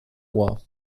ohr